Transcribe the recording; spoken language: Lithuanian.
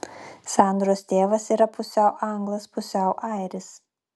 sandros tėvas yra pusiau anglas pusiau airis